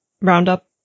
Roundup